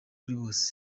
bose